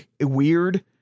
Weird